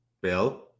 Bill